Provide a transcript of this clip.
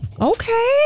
Okay